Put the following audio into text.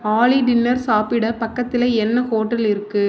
ஆலி டின்னர் சாப்பிட பக்கத்தில் என்ன ஹோட்டல் இருக்கு